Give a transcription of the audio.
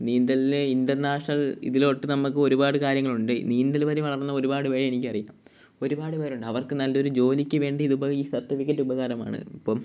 നീന്തലിന് ഇൻ്റർനാഷണൽ ഇതിലോട്ട് നമുക്ക് ഒരുപാട് കാര്യങ്ങളുണ്ട് നീന്തൽ വഴി വളർന്ന ഒരുപാട് പേരെ എനിക്കറിയാം ഒരുപാട് പേരുണ്ട് അവർക്ക് നല്ലൊരു ജോലിക്ക് വേണ്ടി ഇതിപ്പോള് ഈ സർട്ടിഫിക്കറ്റ് ഉപകരണമാണ് ഇപ്പോള്